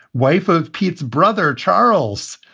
wife of pete's brother charles,